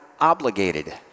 obligated